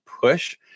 push